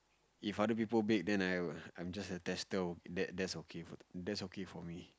if other people bake then I will I'm just a tester that that's okay for that's okay for me